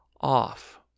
off